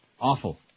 Awful